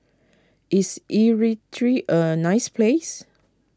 is Eritrea a nice place